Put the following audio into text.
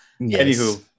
Anywho